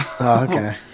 okay